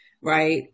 right